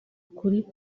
kuri